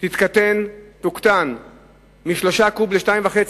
תוקטן מ-3 קוב ל-2.5 קוב,